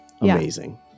Amazing